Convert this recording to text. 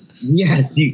Yes